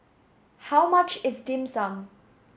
how much is Dim Sum